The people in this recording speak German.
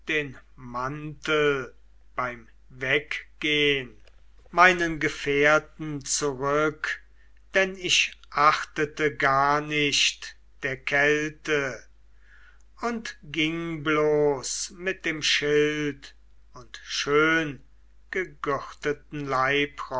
den mantel beim weggehn meinen gefährten zurück denn ich achtete gar nicht der kälte und ging bloß mit dem schild und schöngegürteten